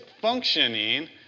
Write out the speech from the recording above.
functioning